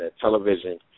television